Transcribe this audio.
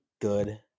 good